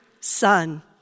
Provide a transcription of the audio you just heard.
Son